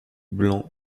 blanc